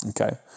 okay